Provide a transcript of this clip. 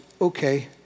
okay